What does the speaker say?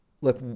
Look